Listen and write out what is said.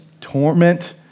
torment